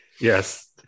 Yes